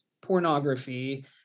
pornography